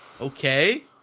Okay